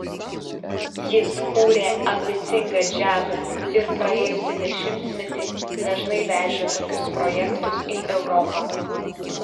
jis kūrė ambicingą džiazą ir praėjusį dešimtmetį dažnai vežė tokius projektus į europą